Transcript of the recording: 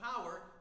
power